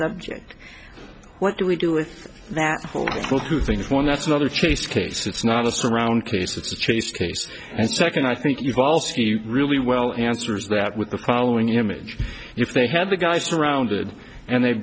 subject what do we do with that two things one that's another chase case it's not a surround case it's a chase case and second i think you've also really well answers that with the following image if they had the guy surrounded and they